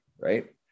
Right